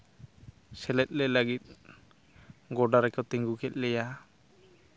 ᱥᱮᱞᱮᱫ ᱞᱮ ᱞᱟᱹᱜᱤᱫ ᱜᱚᱰᱟ ᱨᱮᱠᱚ ᱛᱤᱸᱜᱩ ᱠᱮᱫ ᱞᱮᱭᱟ